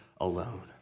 alone